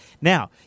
Now